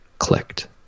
clicked